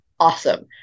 Awesome